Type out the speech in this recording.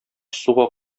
суга